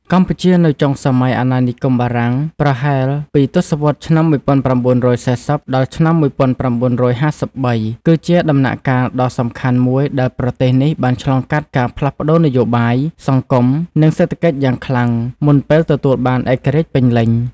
កម្ពុជានៅចុងសម័យអាណានិគមបារាំង ប្រហែលពីទសវត្សរ៍ឆ្នាំ១៩៤០ ដល់ឆ្នាំ១៩៥៣ គឺជាដំណាក់កាលដ៏សំខាន់មួយដែលប្រទេសនេះបានឆ្លងកាត់ការផ្លាស់ប្តូរនយោបាយ សង្គម និងសេដ្ឋកិច្ចយ៉ាងខ្លាំង មុនពេលទទួលបានឯករាជ្យពេញលេញ។